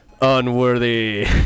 unworthy